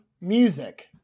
Music